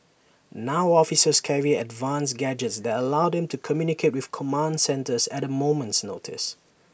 now officers carry advanced gadgets that allow them to communicate with command centres at A moment's notice